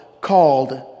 called